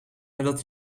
nadat